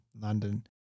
London